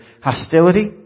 Hostility